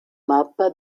mappa